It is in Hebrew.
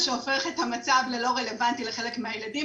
מה שהופך את המצב ללא רלבנטי לחלק מהילדים,